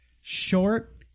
short